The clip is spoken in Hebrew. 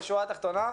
בשורה התחתונה,